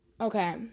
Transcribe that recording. okay